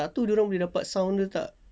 tak tahu dorang boleh dapat sound dia ke tak